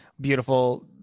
beautiful